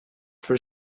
for